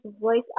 voice